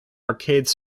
arcades